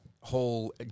whole